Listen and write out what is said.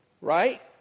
right